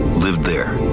lived there,